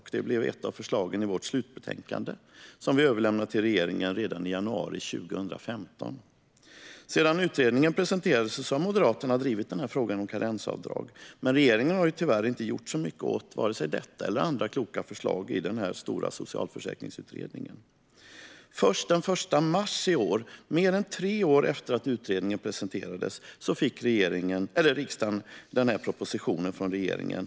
Det blev också ett av förslagen i vårt slutbetänkande, som vi överlämnade till regeringen redan i januari 2015. Sedan utredningen presenterades har Moderaterna drivit frågan om karensavdrag. Men regeringen har tyvärr inte gjort särskilt mycket åt vare sig detta eller alla andra kloka förslag i den stora socialförsäkringsutredningen. Först den 1 mars i år, mer än tre år efter att utredningen presenterades, fick riksdagen propositionen från regeringen.